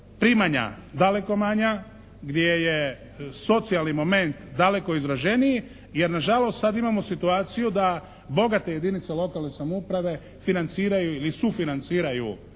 primanja daleko manja, gdje je socijalni moment daleko izraženiji jer na žalost sada imamo situaciju da bogate jedinice lokalne samouprave financiraju i sufinanciraju